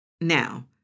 Now